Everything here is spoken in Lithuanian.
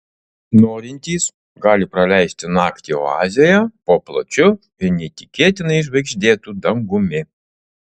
norintys gali praleisti naktį oazėje po plačiu ir neįtikėtinai žvaigždėtu dangumi